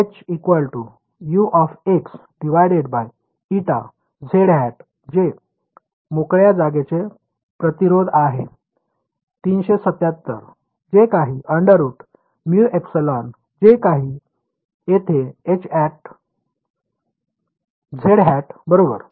तर H U ηzˆ जे मोकळ्या जागेचे प्रतिरोध आहे 377 जे काही जे काही येथे z हॅट बरोबर